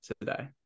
today